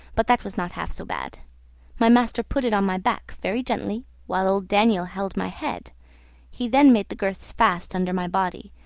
but that was not half so bad my master put it on my back very gently, while old daniel held my head he then made the girths fast under my body,